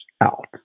out